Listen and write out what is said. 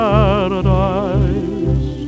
Paradise